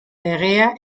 legea